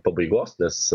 pabaigos nes